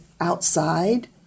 outside